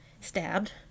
stabbed